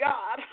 God